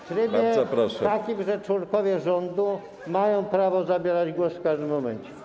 W trybie takim, że członkowie rządu mają prawo zabierać głos w każdym momencie.